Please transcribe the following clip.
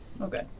Okay